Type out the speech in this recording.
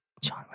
John